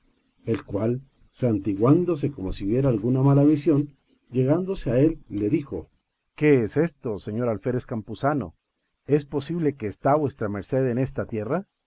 el cual santiguándose como si viera alguna mala visión lle gándose a él le dijo qué es esto señor alférez campuzano es posible que está vuesa merced en esta tierra